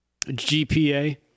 GPA